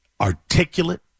articulate